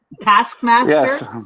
taskmaster